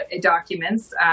documents